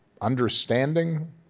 understanding